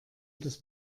das